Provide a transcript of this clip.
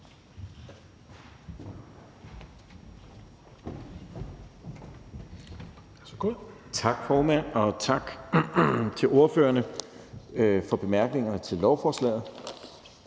Tak, formand, og tak til ordførerne for bemærkningerne til lovforslaget.